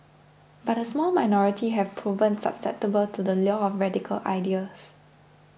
but a small minority have proven susceptible to the lure of radical ideas